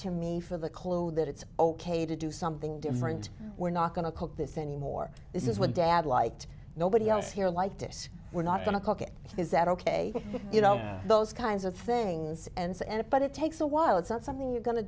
to me for the khloe that it's ok to do something different we're not going to cook this anymore this is what dad liked nobody else here like this we're not going to cook is that ok you know those kinds of things and so and it but it takes a while it's not something you're go